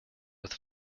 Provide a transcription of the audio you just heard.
with